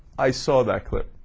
i saw that quick